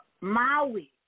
Maui